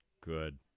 Good